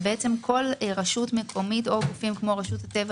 וכל רשות מקומית או גופים כמו רשות הטבע